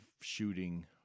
shooting